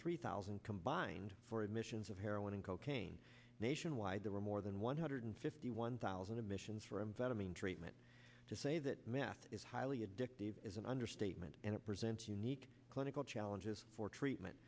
three thousand combined for admissions of heroin and cocaine nationwide there were more than one hundred fifty one thousand emissions from vitamin treatment to say that meth is highly addictive is an understatement and it presents unique clinical challenges for treatment